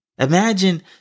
Imagine